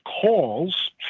calls